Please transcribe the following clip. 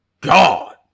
God